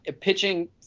pitching –